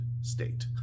state